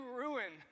ruin